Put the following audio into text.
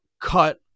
cut